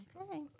Okay